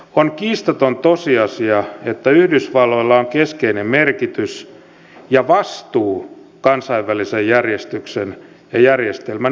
on kiistaton tosiasia että yhdysvalloilla on keskeinen merkitys ja vastuu kansainvälisen järjestyksen ja järjestelmän ylläpitämisessä